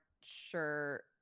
sure